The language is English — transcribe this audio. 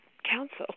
Council